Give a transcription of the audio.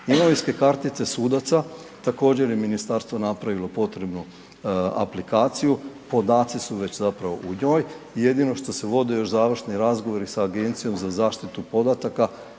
Imovinske kartice sudaca, također je ministarstvo napravilo potrebnu aplikaciju, podaci su već zapravo u njoj jedino što se vode još završni razgovori sa Agencijom za zaštitu podataka